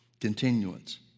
Continuance